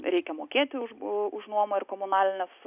reikia mokėti už bu nuomą ir komunalines